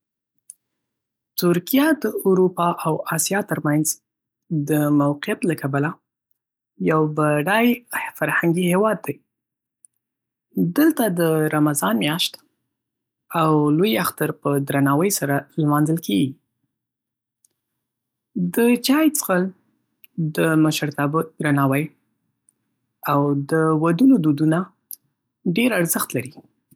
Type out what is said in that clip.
ترکیه د اروپا او آسیا تر منځ د موقعیت له کبله یو بډای فرهنګي هیواد دی. دلته د رمضان میاشت او لوی اختر په درناوي سره لمانځل کېږي. د چای څښل، د مشرتابه درناوی، او د ودونو دودونه ډېر ارزښت لري.